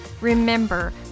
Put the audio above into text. Remember